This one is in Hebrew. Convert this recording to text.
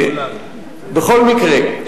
בכל מקרה,